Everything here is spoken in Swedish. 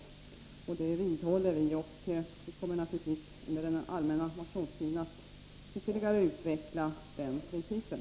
Den uppfattningen vidhåller vi, och vi kommer naturligtvis under den allmänna motionstiden att ytterligare utveckla den principen.